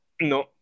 No